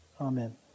Amen